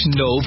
no